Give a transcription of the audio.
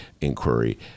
inquiry